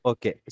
Okay